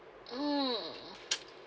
mm